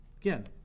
again